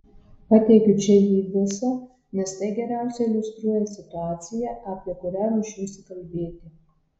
pateikiu čia jį visą nes tai geriausiai iliustruoja situaciją apie kurią ruošiuosi kalbėti